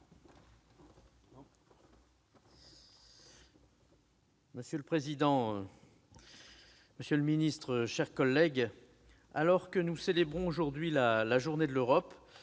Monsieur le président, monsieur le secrétaire d'État, mes chers collègues, alors que nous célébrons aujourd'hui la journée de l'Europe,